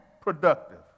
productive